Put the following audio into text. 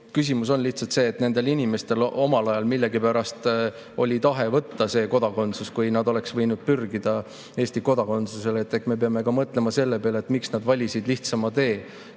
Küsimus on lihtsalt selles, et nendel inimestel oli omal ajal millegipärast tahe võtta just [Vene] kodakondsus, kuigi nad oleks võinud pürgida Eesti kodakondsuse poole. Me peame mõtlema ka selle peale, miks nad valisid lihtsama tee,